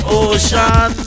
ocean